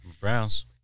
Browns